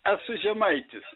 esu žemaitis